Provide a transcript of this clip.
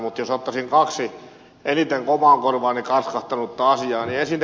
mutta jos ottaisin kaksi eniten omaan korvaani kalskahtanutta asiaa